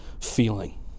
feeling